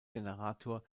generator